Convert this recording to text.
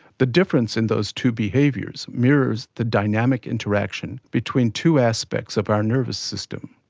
the difference in those two behaviours mirrors the dynamic interaction between two aspects of our nervous system.